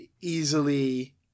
easily